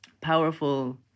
powerful